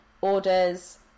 orders